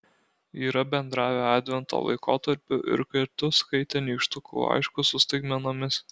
yra bendravę advento laikotarpiu ir kartu skaitę nykštukų laiškus su staigmenomis